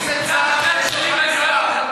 אל תכניס את צה"ל לתוך המשחק.